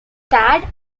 starred